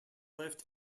lift